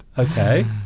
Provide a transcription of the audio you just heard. okay